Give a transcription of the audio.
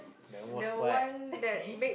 the most what